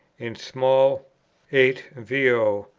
in small eight vo,